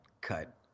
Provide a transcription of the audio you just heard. cut